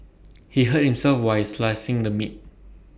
he hurt himself while slicing the meat